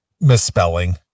misspelling